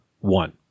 one